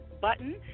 button